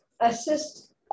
assist